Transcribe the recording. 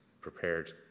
prepared